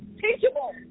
teachable